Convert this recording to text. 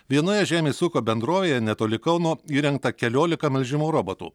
vienoje žemės ūkio bendrovėje netoli kauno įrengta keliolika melžimo robotų